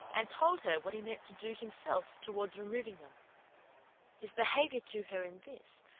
and told her what he meant to do himself towards removing them his behaviour to her in this,